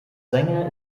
sänger